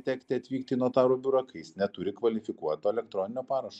tekti atvykti į notarų biurą kai jis neturi kvalifikuoto elektroninio parašo